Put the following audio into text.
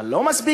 אבל לא מספיק,